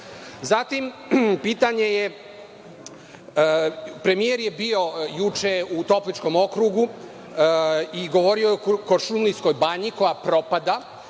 je, premijer je bio juče u Topličkom okrugu i govorio je o Kuršumlijskoj banji koja propada